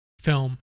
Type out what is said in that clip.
film